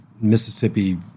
Mississippi